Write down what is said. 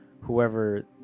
whoever